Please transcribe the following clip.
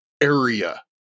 area